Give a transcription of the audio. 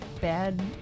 bad